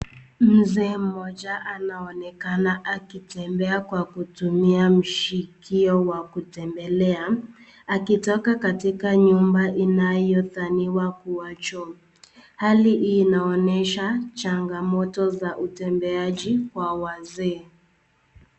Mzee mmoja anaonekana akitembea kwa kutumia mshikio wa kutembelea akitoka katika nyumba inayodhaniwa kuwa choo. Hali hii inaonyesha chagamoto za utembeaji wa wazee.